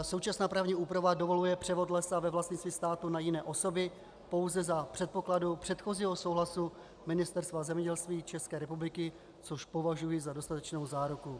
Současná právní úprava dovoluje převod lesa ve vlastnictví státu na jiné osoby pouze za předpokladu předchozího souhlasu Ministerstva zemědělství České republiky, což považuji za dostatečnou záruku.